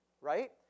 right